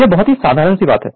यह बहुत ही साधारण सी बात है